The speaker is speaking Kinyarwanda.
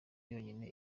yonyine